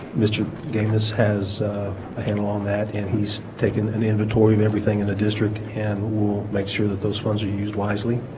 mr. gameis has a handle on that and he's taken an inventory of everything in the district and we'll make sure that those funds are used wisely